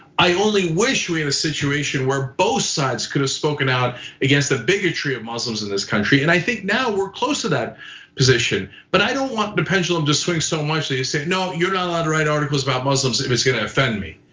i only wish we had and a situation where both sides could have spoken out against the bigotry of muslims in this country and i think now, we're close to that position. but i don't want the pendulum to swing so much that you say no, you're not allowed to write articles about muslims, if it's gonna offend me.